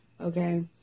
okay